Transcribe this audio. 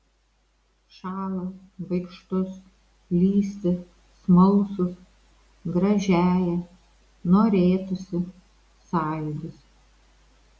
šąlą baikštus lįsti smalsūs gražiąją norėtųsi sąjūdis